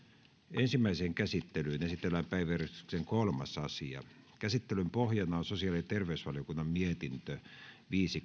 ensimmäiseen käsittelyyn esitellään päiväjärjestyksen kolmas asia käsittelyn pohjana on sosiaali ja terveysvaliokunnan mietintö viisi